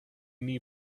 knee